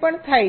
થાય છે